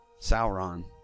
Sauron